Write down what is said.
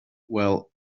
well